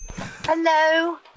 hello